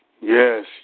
Yes